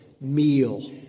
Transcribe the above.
meal